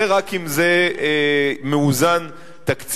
זה רק אם זה מאוזן תקציבית.